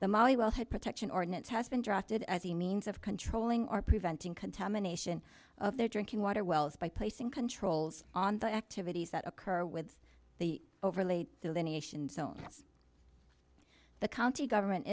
the molly will have protection ordinance has been drafted as the means of controlling or preventing contamination of their drinking water wells by placing controls on the activities that occur with the overly delineation and so on yes the county government